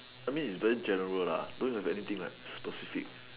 I mean is very general don't have anything like specific